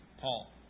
Paul